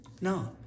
No